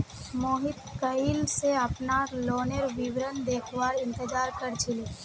मोहित कइल स अपनार लोनेर विवरण देखवार इंतजार कर छिले